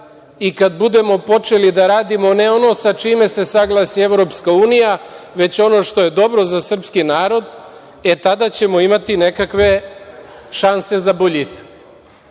i kada budemo počeli da radimo, ne ono sa čime se saglasi EU, već ono što je dobro za srpski narod, tada ćemo imati nekakve šanse za boljitak. Druga